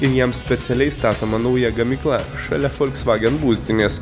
ir jam specialiai statoma nauja gamykla šalia folksvagen būstinės